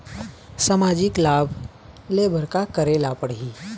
सामाजिक लाभ ले बर का करे ला पड़ही?